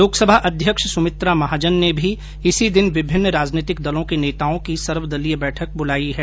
लोकसभा अध्यक्ष सुमित्रा महाजन ने भी इसी दिन विभिन्न राजनीतिक दलों के नेताओं की सर्वदलीय बैठक बुलाई है